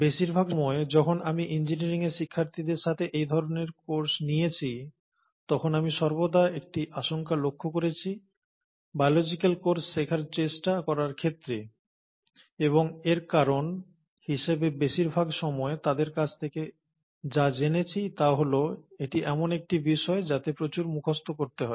বেশিরভাগ সময় যখন আমি ইঞ্জিনিয়ারিংয়ের শিক্ষার্থীদের সাথে এই ধরণের কোর্স নিয়েছি তখন আমি সর্বদা একটি আশঙ্কা লক্ষ্য করেছি বায়োলজিক্যাল কোর্স শেখার চেষ্টা করার ক্ষেত্রে এবং এর কারণ হিসেবে বেশিরভাগ সময় তাদের কাছ থেকে যা জেনেছি তা হল এটি এমন একটি বিষয় যাতে প্রচুর মুখস্ত করতে হয়